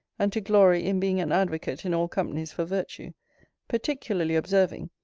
and to glory in being an advocate in all companies for virtue particularly observing,